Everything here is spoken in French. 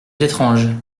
étrange